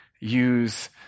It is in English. use